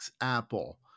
Apple